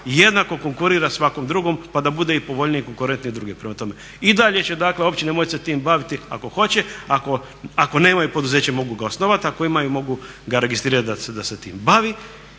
jednako konkurira svakom drugom, pa da bude i povoljniji i konkurentniji drugima. Prema tome i dalje će, dakle općine moći se time baviti ako hoće. Ako nemaju poduzeće mogu ga osnovati, ako imaju mogu ga registrirati da se tim bavi.